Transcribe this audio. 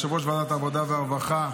יושב-ראש ועדת העבודה והרווחה,